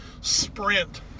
sprint